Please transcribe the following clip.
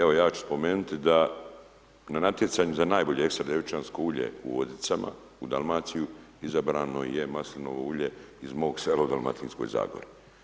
Evo ja ću spomenuti da na natjecanju za najbolje ekstra djevičansko ulje u Vodicama, u Dalmaciji, izabrano je maslinovo ulje iz mog sela u Dalmatinskoj zagori.